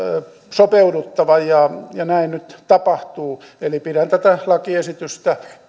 sopeuduttava ja ja näin nyt tapahtuu eli pidän tätä lakiesitystä